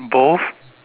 both